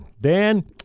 Dan